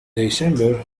december